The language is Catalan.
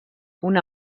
una